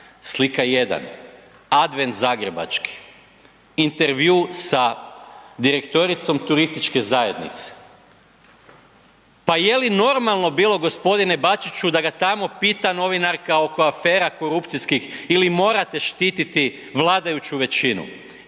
Slika 1, Advent zagrebački, intervju sa direktoricom turističke zajednice. Pa jeli normalno bilo gospodine Bačiću da ga tamo pita novinarka oko afera korupcijskih ili morate štititi vladajuću većinu?